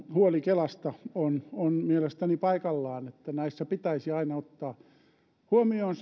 huoli kelasta on on mielestäni paikallaan tältä osin että näissä pitäisi aina ottaa huomioon